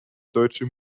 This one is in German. deutsche